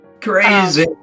crazy